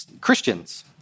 Christians